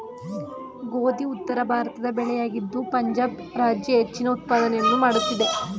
ಗೋಧಿ ಉತ್ತರಭಾರತದ ಬೆಳೆಯಾಗಿದ್ದು ಪಂಜಾಬ್ ರಾಜ್ಯ ಹೆಚ್ಚಿನ ಉತ್ಪಾದನೆಯನ್ನು ಮಾಡುತ್ತಿದೆ